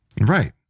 Right